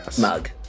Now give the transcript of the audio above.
mug